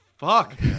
Fuck